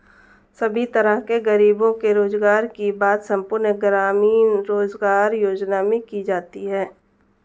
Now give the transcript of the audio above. सभी तरह के गरीबों के रोजगार की बात संपूर्ण ग्रामीण रोजगार योजना में की जाती है